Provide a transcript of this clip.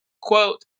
quote